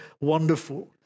wonderful